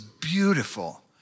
beautiful